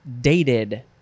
dated